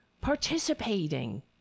participating